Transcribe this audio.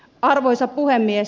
arvoisa puhemies